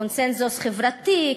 קונסנזוס חברתי,